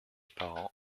parent